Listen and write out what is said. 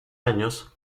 años